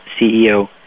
CEO